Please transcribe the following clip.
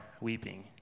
weeping